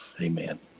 Amen